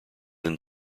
then